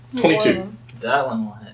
twenty-two